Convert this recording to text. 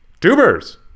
Tubers